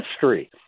history